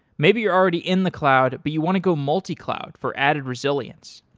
maybe you're already in the cloud, but you want to go multi-cloud for added resilience.